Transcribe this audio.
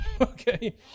okay